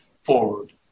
forward